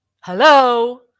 Hello